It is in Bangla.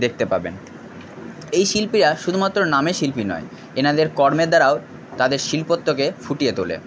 দেখতে পাবেন এই শিল্পীরা শুধুমাত্র নামে শিল্পী নয় এনাদের কর্মের দ্বারাও তাদের শিল্পত্বকে ফুটিয়ে তোলে